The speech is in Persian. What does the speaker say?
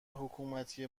حکومتی